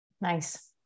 Nice